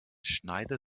schneidet